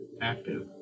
active